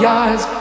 eyes